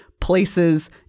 places